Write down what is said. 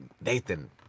Nathan